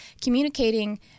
communicating